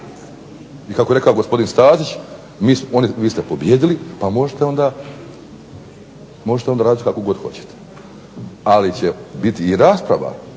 I kako je rekao gospodin Stazić vi ste pobijedili pa možete onda raditi kako god hoćete. Ali će biti i rasprava